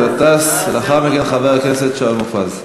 לאחר מכן, חבר הכנסת שאול מופז.